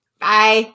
Bye